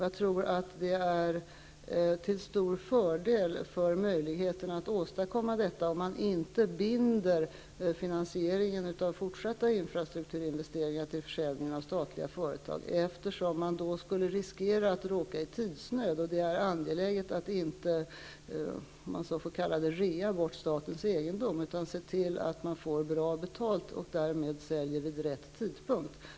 Jag tror att det är till stor fördel för möjligheterna att åstadkomma detta att man inte binder finansieringen av fortsatta infrastrukturinvesteringar till försäljning av statliga företag, eftersom man då skulle riskera att råka i tidsnöd. Det är angeläget att man inte rear bort statens egendom, utan att man ser till att få bra betalt och därmed sälja vid rätt tidpunkt.